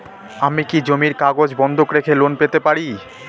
আমি কি জমির কাগজ বন্ধক রেখে লোন পেতে পারি?